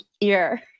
ear